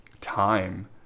time